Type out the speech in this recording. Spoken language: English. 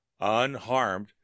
unharmed